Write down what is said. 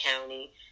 County